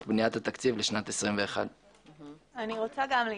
בניית התקציב לשנת 2021. אשמח גם להתייחס.